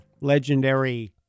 legendary